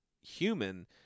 human